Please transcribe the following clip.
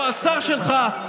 השר שלך,